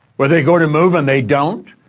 but they go to move and they don't,